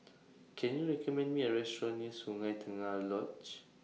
Can YOU recommend Me A Restaurant near Sungei Tengah Lodge